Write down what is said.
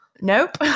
Nope